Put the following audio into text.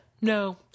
No